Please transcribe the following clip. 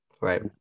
right